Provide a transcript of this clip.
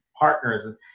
partners